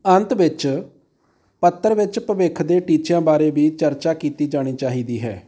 ਅੰਤ ਵਿੱਚ ਪੱਤਰ ਵਿੱਚ ਭਵਿੱਖ ਦੇ ਟੀਚਿਆਂ ਬਾਰੇ ਵੀ ਚਰਚਾ ਕੀਤੀ ਜਾਣੀ ਚਾਹੀਦੀ ਹੈ